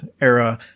era